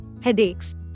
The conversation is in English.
headaches